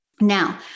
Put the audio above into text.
Now